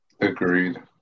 Agreed